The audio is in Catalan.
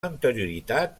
anterioritat